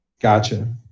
gotcha